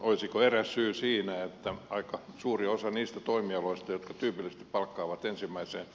olisiko eräs syy siinä että aika suuri osa niistä toimialoista jotka tyypillisesti palkkaavat ensimmäiseen